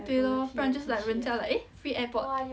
对咯不然就是 like 人家 like eh free airpod